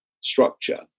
structure